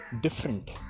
different